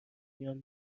میان